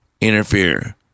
interfere